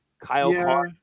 Kyle